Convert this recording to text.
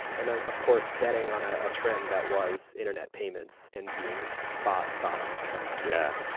and of course betting on a ah trend that was internet payments and being spot spot on there. yeah.